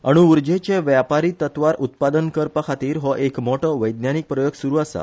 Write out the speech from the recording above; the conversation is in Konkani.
अणु उर्जेचें व्यापारि तत्वार उत्पादन करपा खातीर हो एक मोठो वैज्ञानिक प्रयोग सुरु आसा